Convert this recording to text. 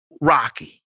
rocky